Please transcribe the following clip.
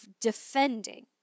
defending